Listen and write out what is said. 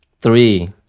Three